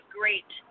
great